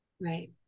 Right